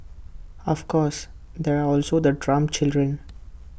of course there are also the Trump children